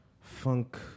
funk